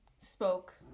spoke